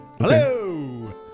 Hello